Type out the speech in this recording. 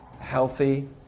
healthy